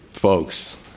Folks